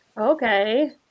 Okay